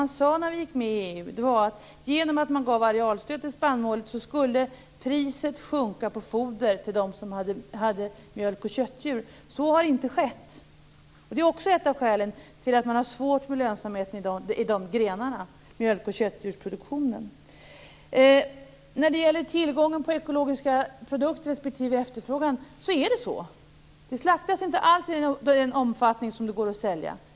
När vi gick med i EU sade man att genom att man gav arealstöd för spannmål skulle priset sjunka på foder för dem som hade mjölk och köttdjur. Så har inte skett. Det är också ett av skälen till att man i dag har svårt med lönsamheten i de grenarna, dvs. mjölkoch köttdjursproduktionen. När det gäller tillgången på ekologiska produkter respektive efterfrågan slaktas det inte alls i den omfattning som det går att sälja.